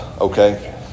Okay